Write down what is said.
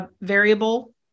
variable